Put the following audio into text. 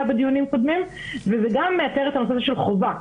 בדיונים קודמים; וזה גם מייתר את הנושא הזה של חובה,